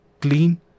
clean